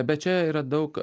bet čia yra daug